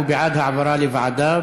הוא בעד העברה לוועדה,